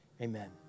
Amen